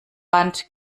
band